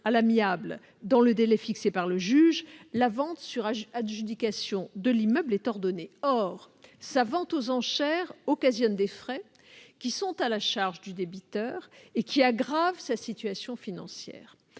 à l'amiable dans le délai fixé par le juge, la vente sur adjudication de l'immeuble est ordonnée. Or sa vente aux enchères occasionne des frais qui sont à la charge du débiteur, et qui aggravent sa situation financière.